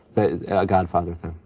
a godfather thing.